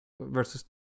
versus